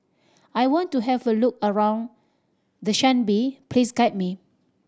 I want to have a look around Dushanbe please guide me